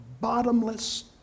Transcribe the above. bottomless